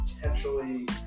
potentially